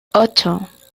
ocho